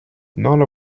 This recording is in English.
none